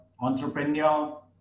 entrepreneur